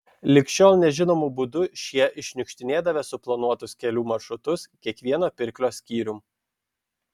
lig šiol nežinomu būdu šie iššniukštinėdavę suplanuotus kelių maršrutus kiekvieno pirklio skyrium